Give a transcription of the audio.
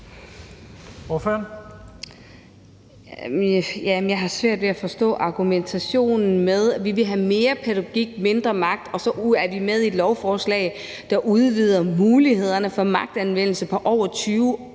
jeg har svært ved at forstå argumentationen med, at vi vil have mere pædagogik og mindre magt, og så er man med i et lovforslag, der udvider mulighederne for magtanvendelse på over 20